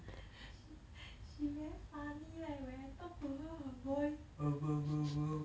she she very funny leh when I talk to her her voice